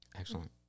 Excellent